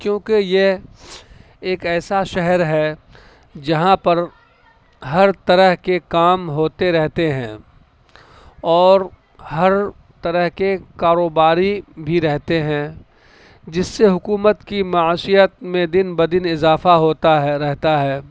کیونکہ یہ ایک ایسا شہر ہے جہاں پر ہر طرح کے کام ہوتے رہتے ہیں اور ہر طرح کے کاروباری بھی رہتے ہیں جس سے حکومت کی معشیت میں دن بدن اضافہ ہوتا ہے رہتا ہے